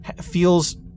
feels